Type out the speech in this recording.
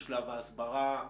לשלב ההסברה,